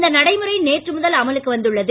இந்த நடைமுறை நேற்று முதல் அமலுக்கு வந்துள்ளது